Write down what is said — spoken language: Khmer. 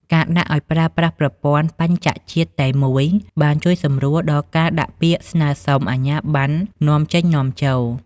ការដាក់ឱ្យប្រើប្រាស់ប្រព័ន្ធ "បញ្ជរជាតិតែមួយ" បានជួយសម្រួលដល់ការដាក់ពាក្យស្នើសុំអាជ្ញាបណ្ណនាំចេញ-នាំចូល។